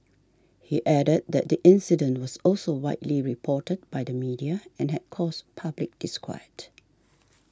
he added that the incident was also widely reported by the media and had caused public disquiet